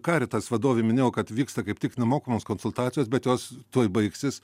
caritas vadovė minėjo kad vyksta kaip tik nemokamos konsultacijos bet jos tuoj baigsis